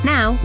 Now